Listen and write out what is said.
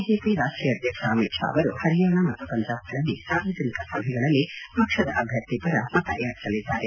BJP ರಾಷ್ಲೀಯ ಅಧ್ಯಕ್ಷ ಅಮಿತ್ ಶಾ ಅವರು ಹರ್ಯಾಣಾ ಮತ್ತು ಪಂಜಾಬ್ ಗಳಲ್ಲಿ ಸಾರ್ವಜನಿಕ ಸಭೆಗಳಲ್ಲಿ ಪಕ್ಷದ ಅಭ್ಯರ್ಥಿ ಪರ ಮತ ಯಾಚಿಸಲಿದ್ದಾರೆ